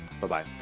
Bye-bye